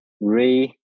re